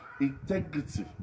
Integrity